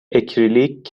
اکریلیک